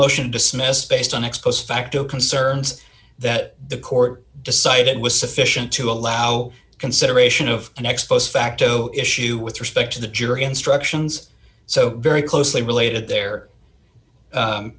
motion to dismiss based on expos facto concerns that the court decided was sufficient to allow consideration of an ex post facto issue with respect to the jury instructions so very closely related there